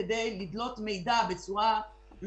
זה לא דיון עם מנכ"ל הביטוח הלאומי.